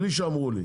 בלי שאמרו לי.